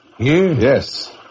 Yes